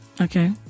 Okay